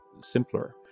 simpler